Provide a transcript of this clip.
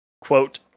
quote